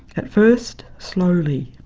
at first slowly,